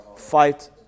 fight